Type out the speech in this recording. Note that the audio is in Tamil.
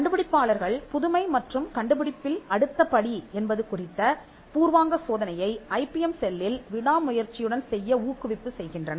கண்டுபிடிப்பாளர்கள் புதுமை மற்றும் கண்டுபிடிப்பில் அடுத்த படி என்பது குறித்த பூர்வாங்க சோதனையை ஐபிஎம் செல்லில் விடாமுயற்சியுடன் செய்ய ஊக்குவிப்பு செய்கின்றனர்